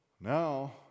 Now